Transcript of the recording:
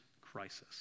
crisis